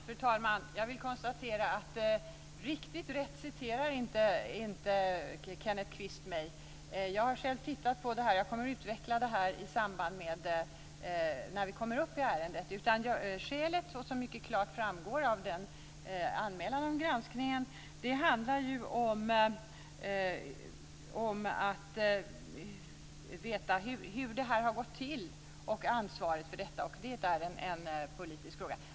Fru talman! Jag vill konstatera att riktigt rätt citerar inte Kenneth Kvist mig. Jag har själv tittat på det här, och jag kommer att utveckla det när vi kommer till det ärendet. Som mycket klart framgår av anmälan om granskning handlar det om att veta hur det här har gått till och ansvaret för detta, och det är en politisk fråga.